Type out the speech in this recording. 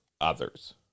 others